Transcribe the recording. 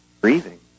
breathing